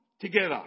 together